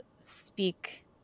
speak